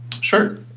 Sure